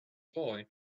boy